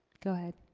go ahead.